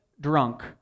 drunk